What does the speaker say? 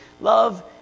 Love